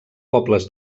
pobles